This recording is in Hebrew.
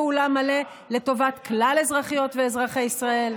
בשיתוף פעולה מלא לטובת כלל אזרחיות ואזרחי ישראל.